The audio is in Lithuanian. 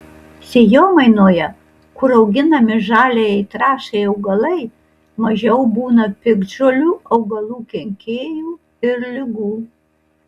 sėjomainoje kur auginami žaliajai trąšai augalai mažiau būna piktžolių augalų kenkėjų ir ligų